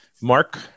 Mark